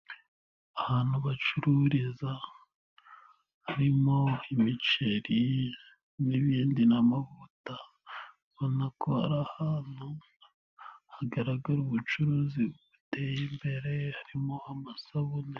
Ahantu bacururiza harimo imiceri n'ibindi n'amavuta urabona ko ari ahantu hagaragara ubucuruzi buteye imbere harimo amasabune.